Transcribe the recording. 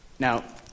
Now